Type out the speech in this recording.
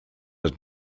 and